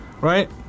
right